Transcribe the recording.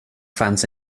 fans